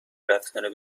رفتن